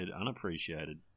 Unappreciated